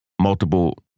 multiple